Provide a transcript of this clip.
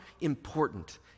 important